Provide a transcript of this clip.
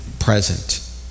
present